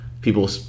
people